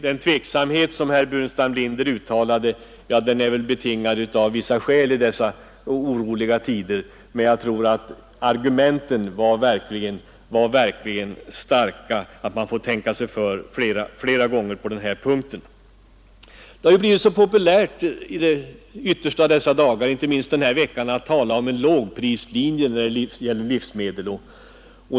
Den tveksamhet som herr Burenstam Linder uttalade är väl betingad av vissa skäl i dessa oroliga tider, men argumenten för att man måste tänka sig för flera gånger på den här punkten är verkligen starka. Det har ju blivit så populärt i de yttersta av dessa dagar att tala om en lågprislinje när det gäller livsmedel.